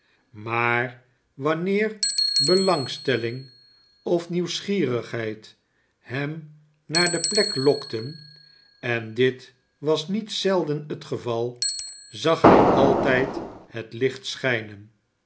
maar wanneer belangstellihg of nieuwsgierigheid hem naar de plek lokten en dit was niet zelden het geval zag hij altijd het licht schijnen